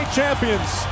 champions